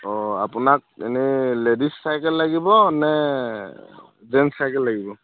অ' আপোনাক এনে ladies cycle লাগিব নে জেন্স চাইকেল লাগিব